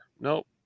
Nope